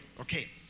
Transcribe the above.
Okay